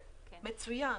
מצוין.